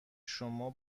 شما